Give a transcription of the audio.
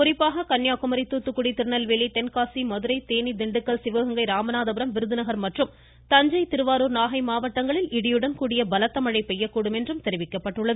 குறிப்பாக கன்னியாகுமரி தூத்துக்குடி திருநெல்வேலி தென்காசி மதுரை தேனி திண்டுக்கல் சிவகங்கை ராமநாதபுரம் விருதுநகர் மற்றும் தஞ்சை திருவாருர் நாகை மாவட்டங்களில் இடியுடன் கூடிய பெய்யக் பலத்த மழை தெரிவிக்கப்பட்டுள்ளது